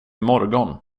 morgon